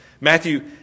Matthew